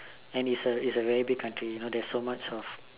and it's a it's a very big country you know there's so much of